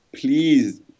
please